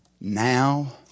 Now